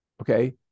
okay